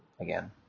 again